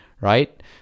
right